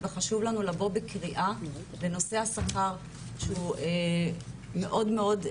וחשוב לנו לבוא בקריאה בנושא השכר שהוא מאוד מאוד,